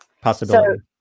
possibility